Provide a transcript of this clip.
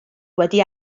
wedi